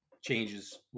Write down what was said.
changes